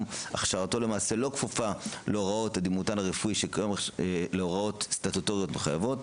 הכשרתו לא כפופה להוראות הסטטוטוריות המחייבות.